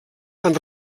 han